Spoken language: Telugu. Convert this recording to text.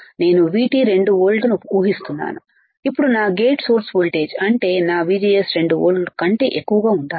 నేను VT 2 వోల్ట్లనుఉహిస్తున్నాను అప్పుడు నా గేట్ సోర్స్ వోల్టేజ్అంటే నా VGS 2 వోల్ట్లు కంటే ఎక్కువగా ఉండాలి